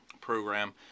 program